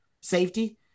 safety